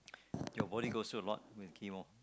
your body goes through a lot with chemo